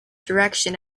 direction